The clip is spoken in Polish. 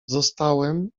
zostałem